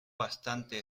bastante